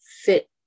fit